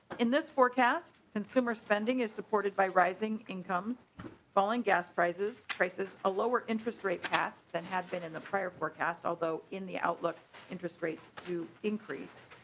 in this forecast. consumer spending is supported by rising incomes falling gas prices faces a lower interest rate at that have been in the prior forecast although in the outlook for interest rates to increase.